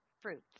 fruits